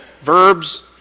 verbs